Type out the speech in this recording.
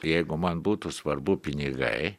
jeigu man būtų svarbu pinigai